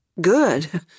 Good